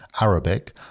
Arabic